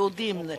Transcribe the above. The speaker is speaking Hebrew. יהודים,